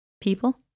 people